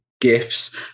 gifts